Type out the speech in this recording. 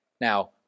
Now